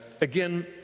Again